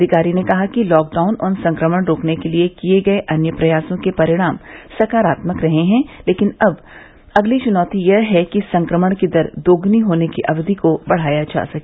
अधिकारी ने कहा कि लॉकडाउन और संक्रमण रोकने के लिए किए गए अन्य प्रयासों के परिणाम सकारात्मक रहे हैं लेकिन अब अगली चुनौती यह है कि संक्रमण की दर दोगुनी होने की अवधि को बढाया जा सके